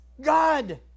God